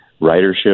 ridership